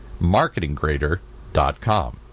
MarketingGrader.com